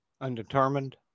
Undetermined